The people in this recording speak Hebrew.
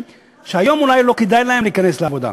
שהיום אולי לא כדאי להם להיכנס לעבודה.